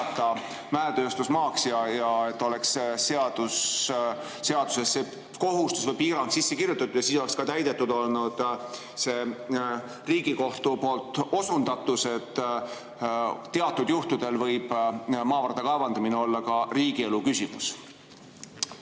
mäetööstusmaaks, ja et oleks seadusesse kohustus või piirang sisse kirjutatud? Siis oleks ka täidetud olnud see Riigikohtu osundatu, et teatud juhtudel võib maavarade kaevandamine olla ka riigielu küsimus.